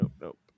nope